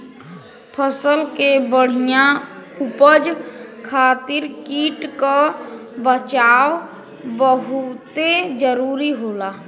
फसल के बढ़िया उपज खातिर कीट क बचाव बहुते जरूरी होला